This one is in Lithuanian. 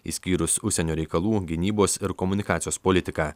išskyrus užsienio reikalų gynybos ir komunikacijos politiką